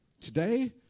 Today